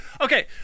Okay